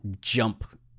jump